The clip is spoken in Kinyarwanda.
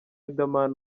riderman